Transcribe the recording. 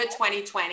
2020